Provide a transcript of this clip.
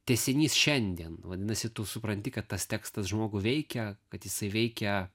tęsinys šiandien vadinasi tu supranti kad tas tekstas žmogų veikia kad jisai veikia